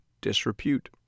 disrepute